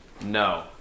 No